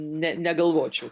ne negalvočiau